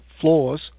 floors